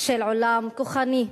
של עולם כוחני,